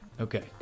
Okay